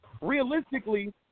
realistically